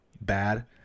bad